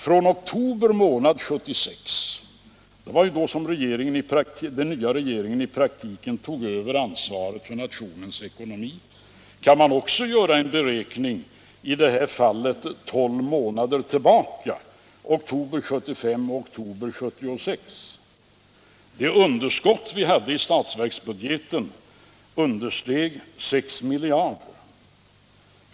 Från oktober 1976 — det var då som den nya regeringen i praktiken tog över ansvaret för nationens ekonomi — kan man också göra en beräkning, i detta fall 12 månader tillbaka, oktober 1975-oktober 1976. Det underskott vi hade i statsverksbudgeten understeg 6 miljarder kronor.